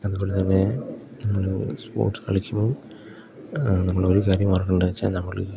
അതുപോലെ തന്നെ നമ്മൾ സ്പോർട്സ് കളിക്കുമ്പോൾ നമ്മൾ ഒരു കാര്യം ഓർക്കേണ്ടേ വെച്ചാൽ നമ്മൾ